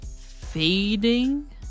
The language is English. fading